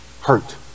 hurt